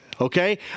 Okay